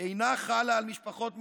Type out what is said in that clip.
אינה חלה על משפחות מזרחיות,